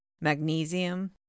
Magnesium